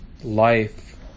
life